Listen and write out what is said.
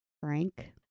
Frank